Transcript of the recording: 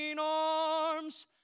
arms